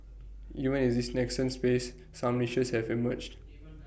even in this nascent space some niches have emerged